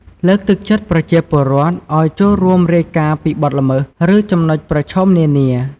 លើកទឹកចិត្តប្រជាពលរដ្ឋ ឱ្យចូលរួមរាយការណ៍ពីបទល្មើស ឬចំណុចប្រឈមនានា។